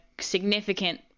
significant